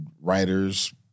writers